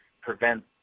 prevent